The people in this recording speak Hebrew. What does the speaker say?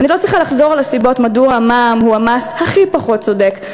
אני לא צריכה לחזור על הסיבות מדוע המע"מ הוא המס הכי פחות צודק,